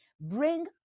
Bring